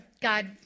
God